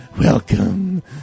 Welcome